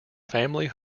family